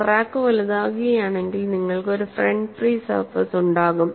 crack വലുതാകുകയാണെങ്കിൽ നിങ്ങൾക്ക് ഒരു ഫ്രണ്ട് ഫ്രീ സർഫേസ് ഉണ്ടാകും